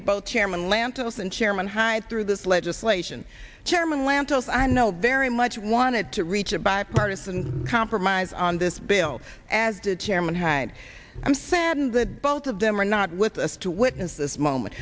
of both chairman lantos and chairman hyde through this legislation chairman lantos i know very much wanted to reach a bipartisan compromise on this bill as to chairman hyde i'm saddened that both of them are not with us to witness this moment